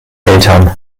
eltern